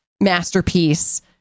masterpiece